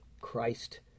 Christ